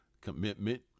commitment